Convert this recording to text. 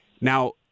Now